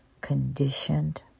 conditioned